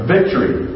Victory